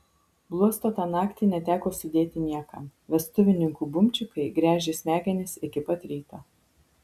bluosto tą naktį neteko sudėti niekam vestuvininkų bumčikai gręžė smegenis iki pat ryto